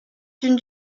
d’une